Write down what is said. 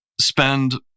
spend